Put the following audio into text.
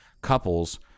couples